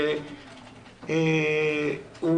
שהוא